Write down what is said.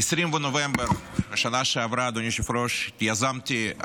אדוני היושב-ראש: ב-20 בנובמבר בשנה שעברה יזמתי את